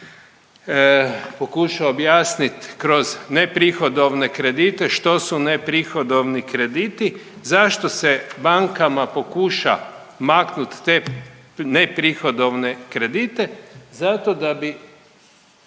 pokušao objasniti kroz neprihodovne kredite što su neprihodovni krediti, zašto se bankama pokuša maknut te neprihodovne kredite. Zato da bi